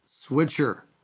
switcher